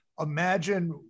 Imagine